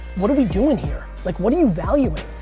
what are we doing here? like what are you valuing?